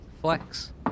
Flex